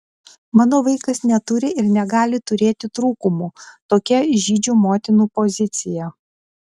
mano vaikas neturi ir negali turėti trūkumų tokia žydžių motinų pozicija